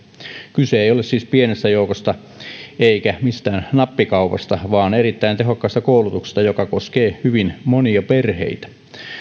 kyse ei ole siis pienestä joukosta eikä mistään nappikaupasta vaan erittäin tehokkaasta koulutuksesta joka koskee hyvin monia perheitä